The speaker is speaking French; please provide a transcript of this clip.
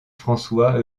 françois